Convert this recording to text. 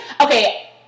Okay